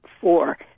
four